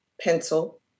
pencil